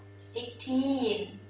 sixteen,